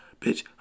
bitch